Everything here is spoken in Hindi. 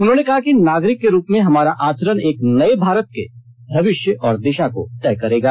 उन्होंने कहा कि नागरिक के रूप में हमारा आचरण एक नए भारत के भविष्य और दिशा को तय करेगा